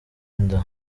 inda